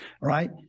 right